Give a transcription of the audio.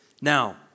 now